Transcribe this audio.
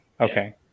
Okay